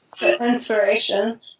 inspiration